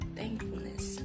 thankfulness